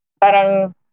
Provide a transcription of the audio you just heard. parang